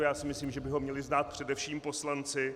Já si myslím, že by ho měli znát především poslanci.